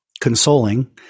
consoling